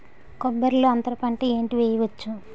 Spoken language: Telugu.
కొబ్బరి లో అంతరపంట ఏంటి వెయ్యొచ్చు?